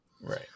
right